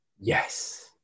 Yes